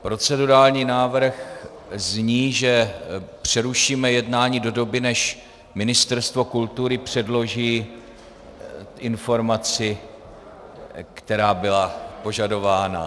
Procedurální návrh zní, že přerušíme jednání do doby, než Ministerstvo kultury předloží informaci, která byla požadována.